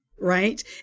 Right